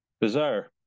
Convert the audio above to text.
bizarre